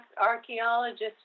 archaeologists